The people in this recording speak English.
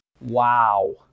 Wow